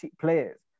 players